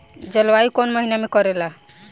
जलवायु कौन महीना में करेला?